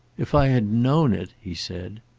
if i had known it he said.